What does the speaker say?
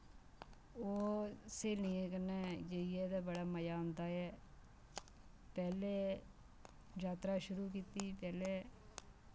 ओह् स्हेलियें कन्नै जाइयै ते बड़ा मजा औंदा ऐ पैह्लै जात्तरा शुरु कीती पैह्लै